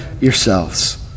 yourselves